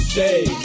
day